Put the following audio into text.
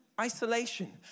Isolation